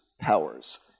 powers